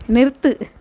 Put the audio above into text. நிறுத்து